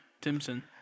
Timson